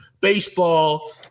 baseball